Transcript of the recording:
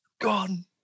gone